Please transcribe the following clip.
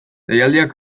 deialdiak